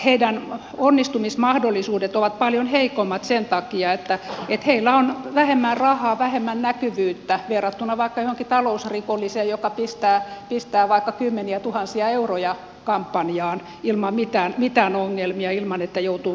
heidän onnistumismahdollisuutensa ovat paljon heikommat sen takia että heillä on vähemmän rahaa vähemmän näkyvyyttä verrattuna vaikka johonkin talousrikolliseen joka pistää vaikka kymmeniätuhansia euroja kampanjaan ilman mitään ongelmia ilman että joutuu kiristelemään vöitä